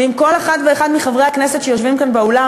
ואם כל אחד ואחד מחברי הכנסת שיושבים כאן באולם